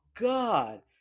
God